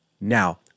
now